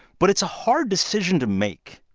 but it's a hard decision to make.